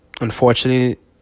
unfortunately